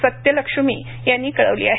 सत्य लक्ष्मी यांनी कळविली आहे